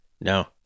No